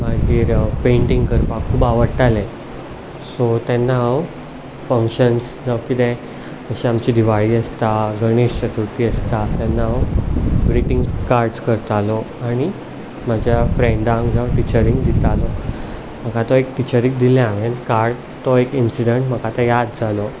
मागीर पेंटिंग करपाक खूब आवडटालें सो तेन्ना हांव फंकशन्स जावं कितें अशी आमची दिवाळी आसता गणेश चथुर्ती आसता तेन्ना हांव ग्रिटिंग कार्ड्स करतालो आनी म्हज्या फ्रेंडांक जावं टिचरींक दितालो म्हाका तो एक टिचरीक दिल्लें हांवे कार्ड तो एक इनसिडंट म्हाका तो याद जालो